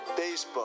Facebook